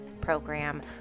Program